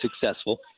successful